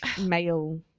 male